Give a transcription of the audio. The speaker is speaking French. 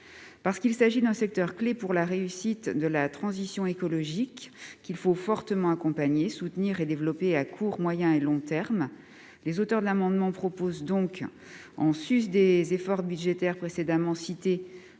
Parce qu'il s'agit d'un secteur clé pour la réussite de la transition écologique, qu'il faut fortement accompagner, soutenir et développer à court, moyen et long terme, les auteurs de l'amendement proposent, en sus des efforts budgétaires précédemment cités,